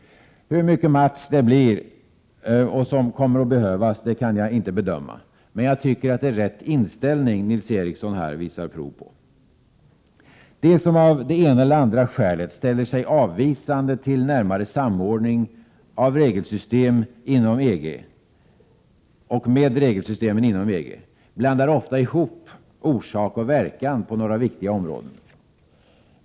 Hur mycket ”match” som behövs kan jag inte bedöma, men jag tycker det är rätt inställning Nils Ericsson visar prov på. De som av det ena eller andra skälet ställer sig avvisande till närmare samordning med regelsystemen inom EG blandar ofta ihop orsak och verkan på några viktiga områden.